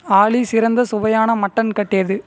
ஆலி சிறந்த சுவையான மட்டன் கட் எது